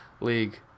league